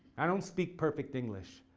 i don't speak perfect english,